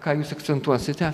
ką jūs akcentuosite